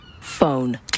Phone